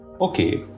Okay